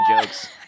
jokes